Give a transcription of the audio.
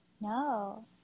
No